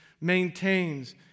maintains